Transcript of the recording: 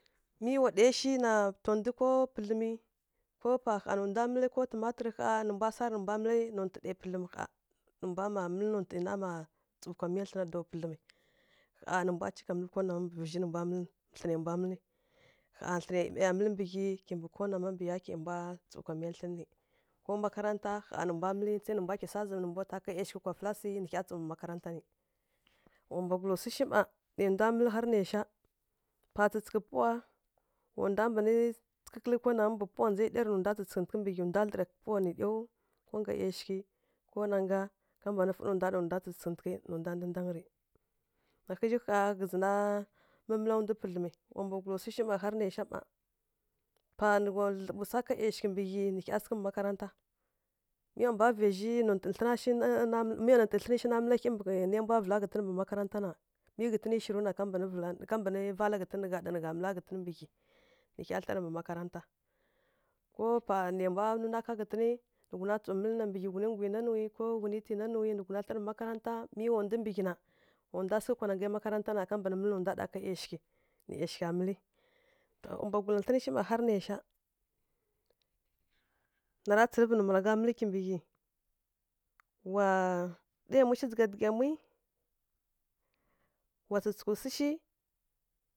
Mi wa ɗai shi na taw ndu ko pǝdlǝmi, ko pa ƙha nǝ ndwa mǝlǝ ko tǝmatǝrǝ ƙha nǝ mbwa sarǝ nǝ mbwa mǝlǝ nontǝ ɗai pǝdlǝm ƙha nǝ mbwa mma mǝlǝ nontǝ na mma tsǝw kwa miya thlǝnǝ pǝdlǝmǝ, ƙha nǝ mbwa mma mǝlǝ ko nama mbǝ vǝzhi nǝ mbwa mǝlǝ, ƙha thlǝnai maiya mǝlǝ mbǝ ghyi kimbǝ ko wanai yakai mbwa tsǝw kwa miya thlǝn rǝ ko makaranta ƙha nǝ mbwa mǝlǝ sai nǝ mbwa kya swa zǝmǝ nǝ mbwa twa ka ˈyashighǝ kwa filasǝ nǝ hya tsǝw mbǝ makaranta nǝ. Wa mbwagula swi shi mma nai ndwa mǝlǝ naisha pa tsǝtsǝghǝ pawa, wa ndwa mbanǝ kǝlǝ kǝlǝ ko nama mbǝ pawa ndza ɗy rǝ nǝ mbǝ ghyi ndwa dlǝra pawa mbǝ ghyi nǝ ɗyaw ko ngga ˈyashighǝ, ko nanga ka mban fǝ nǝ ndwa ɗa nǝ ndwa tsǝtsǝghǝtǝghǝ nǝ ndwa ndǝndangǝ rǝ na ƙhǝ zhi kha ghǝzǝ na mǝla ndwi pǝdlǝmǝ wa mbwagula swu shi ƙha har nai sha mma pa nlu gha dlǝdlǝɓǝ wsa ˈyashighǝ mbǝ ghyi nǝ hya sǝghǝ mbǝ makaranta nai mbwa vǝla ghǝtǝn mbǝ makaranta na mi ghǝtǝni shirǝw na ka mban vala ghǝtǝn nǝ gha ɗa nǝ gha mǝla ghǝtǝn mbǝ ghyi nǝ hya thlarǝ mbǝ makaranta. Ko panai mbwa nwa ka ghǝtǝnǝ nǝ hya tsǝw mǝlǝ mbǝ ghyi ghǝtǝnǝ ngwinanǝw ko ghunǝ tǝinanǝw nǝ ghuna thlarǝ mbǝ makaranta mi wa ndu mbǝ ghyi na wa ndwa sǝghǝ mbǝ nangai makaranta na mban mǝlǝ nǝ ndwa ɗa ka ˈyashighǝ nǝ ˈyashigha mǝlǝ. Wa mbwagula thlǝnǝ shi mma har naisha. Nara tsǝrǝvǝ nǝ ndwa mǝlǝ mbǝ ghyi, nǝ gha ɗa yamwi sǝghǝ kwa dǝghǝ yamwi shi dzǝgha dǝghǝ yamwi, wa tsǝtsǝghǝswi shi.